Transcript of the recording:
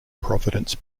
providence